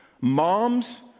Moms